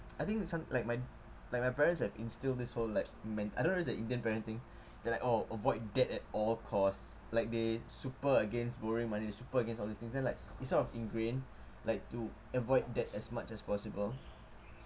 I think we can't like my like my parents have instilled this whole like men~ I don't know whether it's a indian parenting they're like oh avoid that at all cost like they super against borrowing money they super against all these things then like it's sort of ingrained like to avoid that as much as possible